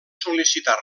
sol·licitar